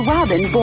Robin